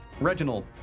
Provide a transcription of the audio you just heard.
Reginald